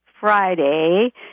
Friday